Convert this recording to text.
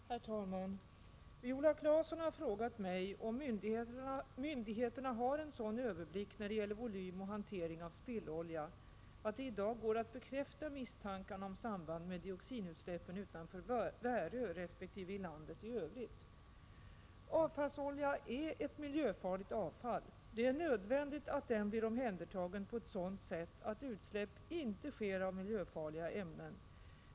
Herr talman! Viola Claesson har frågat mig om myndigheterna har en sådan överblick när det gäller volym och hantering av spillolja att det i dag går att bekräfta misstankarna om samband med dioxinutsläppen utanför Värö resp. i landet i övrigt. Avfallsolja är ett miljöfarligt avfall. Det är nödvändigt att den blir omhändertagen på ett sådant sätt att utsläpp inte sker av miljöfarliga ämnen.